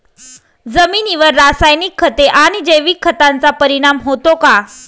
जमिनीवर रासायनिक खते आणि जैविक खतांचा परिणाम होतो का?